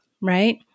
right